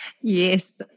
Yes